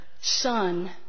son